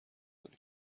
کنی